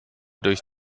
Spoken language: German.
durch